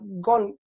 gone